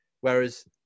Whereas